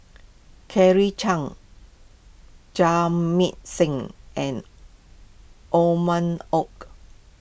Claire Chiang Jamit Singh and Othman Wok